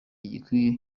gikwiye